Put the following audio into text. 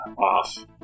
off